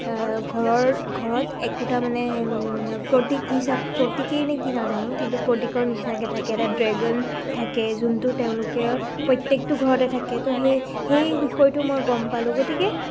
ঘৰৰ ঘৰত একোটা মানে প্ৰতীক হিচাপ প্ৰতীকেই নে কি নাজানো কিন্তু প্ৰতীকৰ নিচিনাকৈ থাকে এটা ড্ৰেগন থাকে যোনটো তেওঁলোকে প্ৰত্যেকটো ঘৰতে থাকে তো সেই সেই বিষয়টো মই গম পালোঁ গতিকে